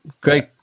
great